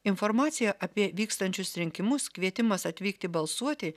informacija apie vykstančius rinkimus kvietimas atvykti balsuoti